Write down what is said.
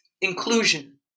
inclusion